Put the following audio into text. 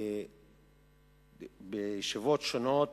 בישיבות שונות